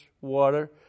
water